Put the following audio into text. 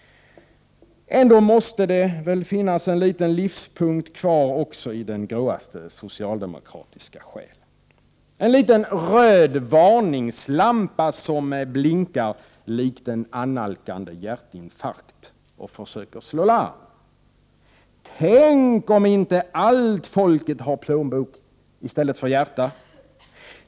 Det måste väl ändå finnas en liten livspunkt kvar också i den gråaste socialdemokratiska själ, en liten röd varningslampa som blinkar likt en annalkande hjärtinfarkt och försöker slå larm: Tänk om inte alla människor har plånbok i stället för hjärta.